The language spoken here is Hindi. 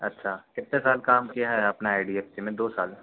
अच्छा कितने साल काम किया है आप ने आई डी एफ़ सी में दौ साल